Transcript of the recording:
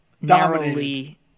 narrowly